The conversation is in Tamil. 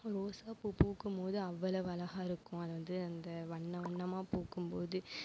ரோசாப்பூ பூக்கும் போது அவ்வளவு அழகாக இருக்கும் அது வந்து அந்த வண்ணம் வண்ணமாக பூக்கும்போது